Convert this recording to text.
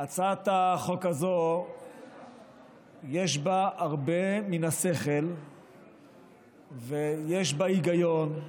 בהצעת החוק הזו יש הרבה מן השכל ויש בה היגיון,